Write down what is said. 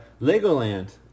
Legoland